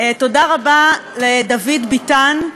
תודה רבה לדוד ביטן,